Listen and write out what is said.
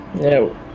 No